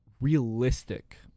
realistic